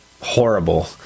horrible